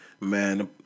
man